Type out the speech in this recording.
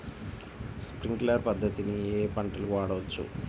Sprinkler పద్ధతిని ఏ ఏ పంటలకు వాడవచ్చు?